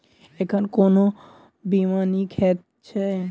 एखन कोना बीमा नीक हएत छै?